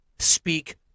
speak